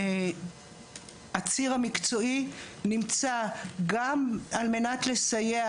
הציר המקצועי נמצא גם על מנת לסייע,